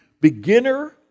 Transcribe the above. beginner